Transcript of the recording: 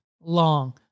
long